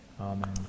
Amen